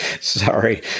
Sorry